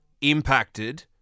impacted